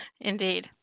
Indeed